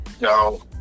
no